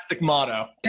motto